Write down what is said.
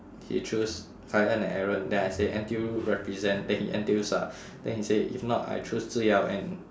he choose kai en and aaron then I say N_T_U represent then he N_T_U star then he say if not I choose your zi yao and